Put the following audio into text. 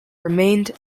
remained